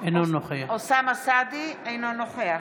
אינו נוכח